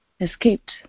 Escaped